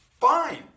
Fine